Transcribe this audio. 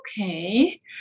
Okay